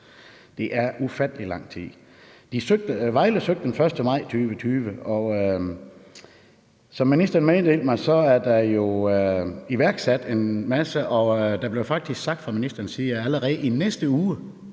Det er ufattelig lang tid. Vejle søgte den 1. maj 2020. Som ministeren meddelte mig, er der jo iværksat en masse, og der blev faktisk sagt fra ministerens side den 21.